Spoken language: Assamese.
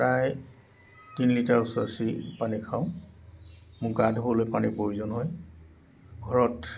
প্ৰায় তিনি লিটাৰ ওচৰা ওচৰি পানী খাওঁ মোক গা ধুবলৈ পানীৰ প্ৰয়োজন হয় ঘৰত